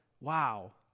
Wow